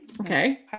Okay